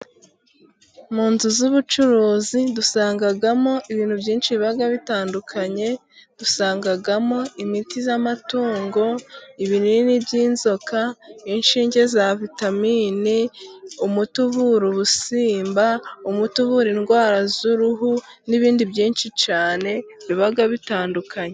Mu nzu z'ubucuruzi dusangamo ibintu byinshi biba bitandukanye, dusangamo imiti y'amatungo, ibinini by'inzoka, inshinge za vitaminini, umuti uvura ubusimba, umuti uvura indwara z'uruhu n'ibindi byinshi cyane biba bitandukanye.